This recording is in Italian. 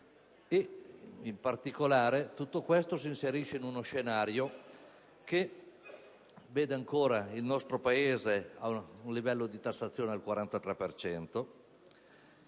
In particolare, tutto questo si inserisce in uno scenario che vede ancora il nostro Paese ad un livello di tassazione pari